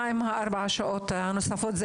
מה עם ארבע השעות הנוספות?